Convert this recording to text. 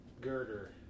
girder